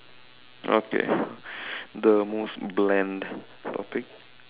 okay the most bland topic